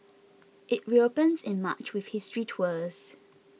it reopens in March with history tours